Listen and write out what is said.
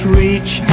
reach